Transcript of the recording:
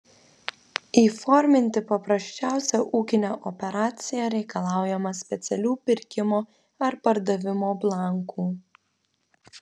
įforminti paprasčiausią ūkinę operaciją reikalaujama specialių pirkimo ar pardavimo blankų